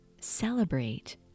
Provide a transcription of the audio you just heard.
celebrate